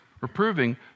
Reproving